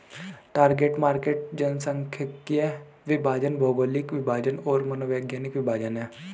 target market जनसांख्यिकीय विभाजन, भौगोलिक विभाजन और मनोवैज्ञानिक विभाजन हैं